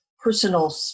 personal